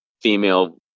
female